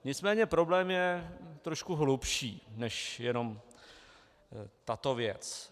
Nicméně problém je trošku hlubší než jenom tato věc.